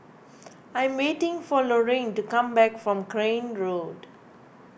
I am waiting for Lorrayne to come back from Crane Road